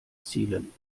zielen